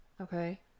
Okay